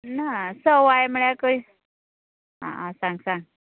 ना सवाय म्हणल्या कशी आं सांग सांग